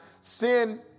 sin